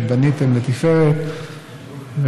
שבניתם לתפארת,